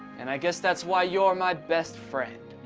and i guess that's why you're my best friend